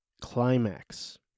climax